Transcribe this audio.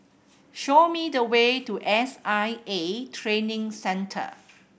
show me the way to S I A Training Centre